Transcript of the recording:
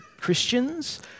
Christians